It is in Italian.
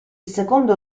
secondo